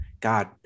God